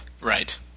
Right